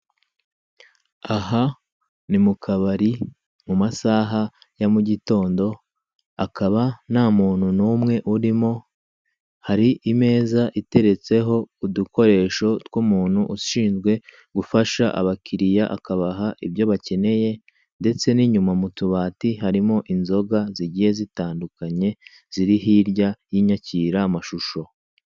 Aha ni mukabari mu masaha ya mugitondo hakaba nta muntu n'umwe urimo, hari imeza iteretseho udukoresho tw'umuntu ushinzwe gufasha abakiriya akabaha ibyo bakeneye ndetse n'inyuma mu tubati harimo inzoga zigiye zitandukanye ziri hirya y'inyakiramashusho.